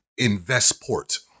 Investport